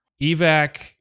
Evac